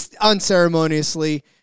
unceremoniously